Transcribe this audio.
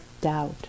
Doubt